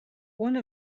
one